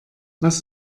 was